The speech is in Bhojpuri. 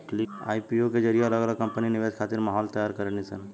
आई.पी.ओ के जरिए अलग अलग कंपनी निवेश खातिर माहौल तैयार करेली सन